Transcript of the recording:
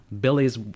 Billy's